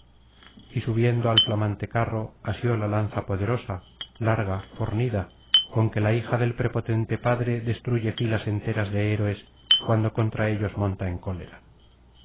y subiendo al flamante carro asió la lanza ponderosa larga fornida con que la hija del prepotente padre destruye filas enteras de héroes cuando contra ellos monta en cólera